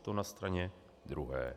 To na straně druhé.